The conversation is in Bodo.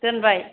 दोनबाय